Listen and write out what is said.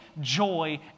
joy